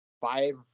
five